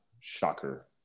shocker